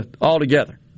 altogether